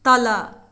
तल